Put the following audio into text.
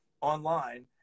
online